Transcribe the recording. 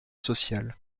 sociale